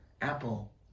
apple